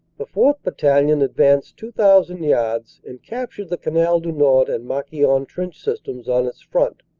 the fourth. battalion advanced two thousand yards and captured the canal du nord and marquion trench systems on its front.